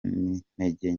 n’intege